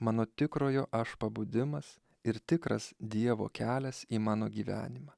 mano tikrojo aš pabudimas ir tikras dievo kelias į mano gyvenimą